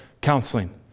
counseling